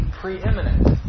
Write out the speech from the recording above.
preeminent